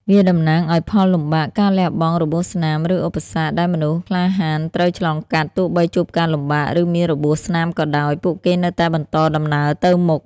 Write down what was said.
វាតំណាងឲ្យ ផលលំបាក ការលះបង់ របួសស្នាម ឬ ឧបសគ្គ ដែលមនុស្សក្លាហានត្រូវឆ្លងកាត់ ទោះបីជួបការលំបាក ឬមានរបួសស្នាមក៏ដោយ ពួកគេនៅតែបន្តដំណើរទៅមុខ។